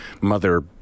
mother